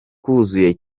kuzuye